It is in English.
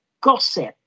gossip